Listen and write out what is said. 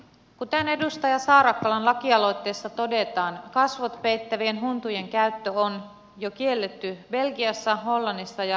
kuten edustaja saarakkalan lakialoitteessa todetaan kasvot peittävien huntujen käyttö on jo kielletty belgiassa hollannissa ja ranskassa